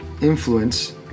influence